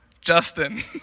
Justin